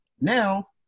Now